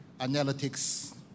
analytics